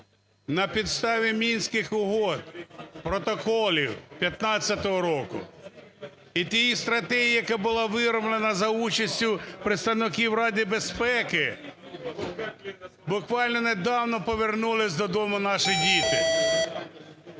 на підставі Мінських угод, протоколів 2015 року і тієї стратегії, яка була вироблена за участю представників Ради безпеки, буквально недавно повернулись додому наші діти.